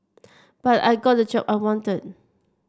but I got the job I wanted